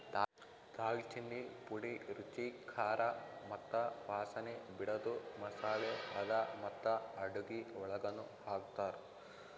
ದಾಲ್ಚಿನ್ನಿ ಪುಡಿ ರುಚಿ, ಖಾರ ಮತ್ತ ವಾಸನೆ ಬಿಡದು ಮಸಾಲೆ ಅದಾ ಮತ್ತ ಅಡುಗಿ ಒಳಗನು ಹಾಕ್ತಾರ್